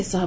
ଶେଷ ହେବ